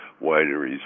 wineries